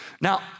Now